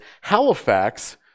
Halifax